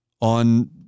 on